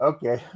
Okay